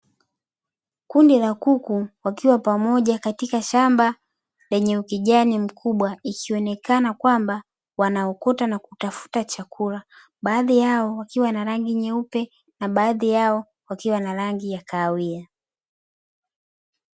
Kundi la kuku wakiwa pamoja katika shamba lenye ukijani mkubwa, ikionekana kwamba wanaokota na kutafuta chakula; baadhi yao wakiwa na rangi nyeupe na baadhi yao wakiwa na rangi ya kahawia.